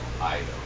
item